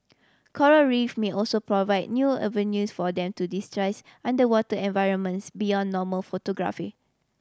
coral Reef may also provide new avenues for them to digitise underwater environments beyond normal photography